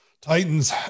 Titans